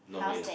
how sad